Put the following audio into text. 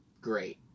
Great